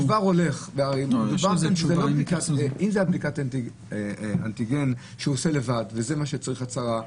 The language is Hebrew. זו בדיקת אנטיגן שהוא עושה לבד וצריך הצהרה,